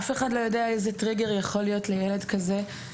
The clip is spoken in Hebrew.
אף אחד לא יודע איזה טריגר יכול להיות לילד כזה.